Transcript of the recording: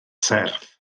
serth